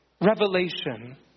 revelation